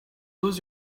lose